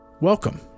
Welcome